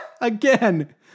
Again